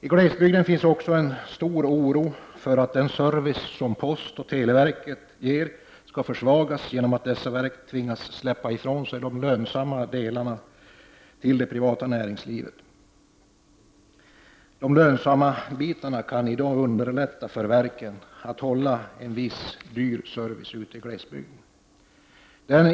I glesbygden finns också en stor oro för att den service som posten och televerket ger skall försvagas genom att dessa verk tvingas släppa ifrån sig de lönsamma delarna till det privata näringslivet. De lönsamma bitarna kan i dag underlätta för verken att hålla en viss dyr service i glesbygden.